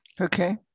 Okay